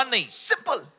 Simple